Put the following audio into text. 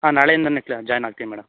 ಹಾಂ ನಾಳೆಯಿಂದನೇ ಜಾಯ್ನ್ ಆಗ್ತೀನಿ ಮೇಡಮ್